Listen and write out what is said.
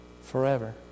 Forever